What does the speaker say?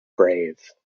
grave